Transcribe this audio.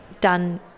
done